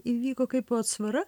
įvyko kaip atsvara